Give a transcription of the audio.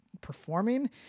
performing